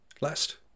Last